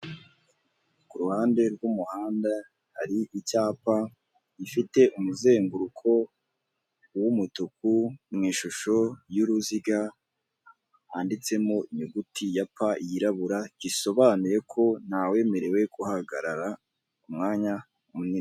Ku ruhande rw'umuhanda, hari icyapa gifite umuzenguruko w'umutuku, mu ishusho y'uruziga. Handitsemo inyuguti ya P yirabura. Gisobanuye ko nta wemerewe guhagarara umwanya munini.